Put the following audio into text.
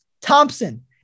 Thompson